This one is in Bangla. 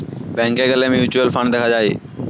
ব্যাংকে গ্যালে মিউচুয়াল ফান্ড দেখা যায়